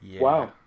wow